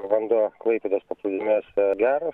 vanduo klaipėdos paplūdimiuose geras